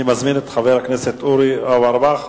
אני מזמין את חבר הכנסת אורי אורבך.